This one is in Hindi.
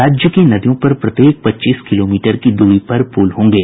राज्य की नदियों पर प्रत्येक पच्चीस किलोमीटर की दूरी पर पुल होंगे